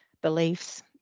beliefs